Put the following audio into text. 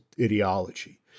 ideology